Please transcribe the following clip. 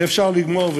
אי-אפשר לגמור,